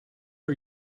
are